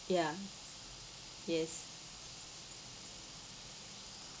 ya yes